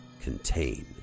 contain